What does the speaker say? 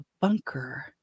bunker